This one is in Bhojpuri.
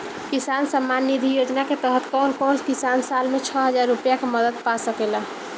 किसान सम्मान निधि योजना के तहत कउन कउन किसान साल में छह हजार रूपया के मदद पा सकेला?